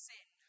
Sin